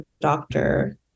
doctor